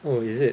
oh is it